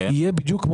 בדיוק.